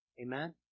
Amen